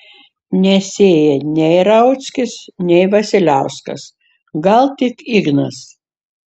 nesėja nei rauckis nei vasiliauskas gal tik ignas